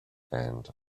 and